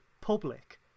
public